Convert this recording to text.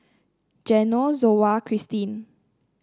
Geno Zoa Christene